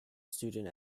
student